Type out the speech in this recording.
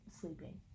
sleeping